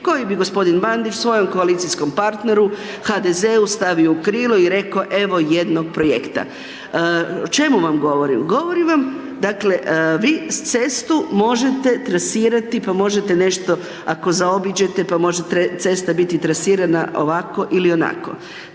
koji bi g. Bandić svojem koalicijskom partneru HDZ-u stavio u krilo i rekao evo jednog projekta. O čemu vam govorim? Govorim vam, dakle, vi cestu može tresirati, pa možete nešto ako zaobiđete, pa može cesta biti tresirana ovako ili onako.